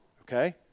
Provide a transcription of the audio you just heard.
okay